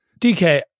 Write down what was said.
DK